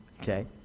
Okay